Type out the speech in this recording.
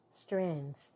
strands